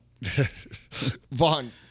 vaughn